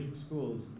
schools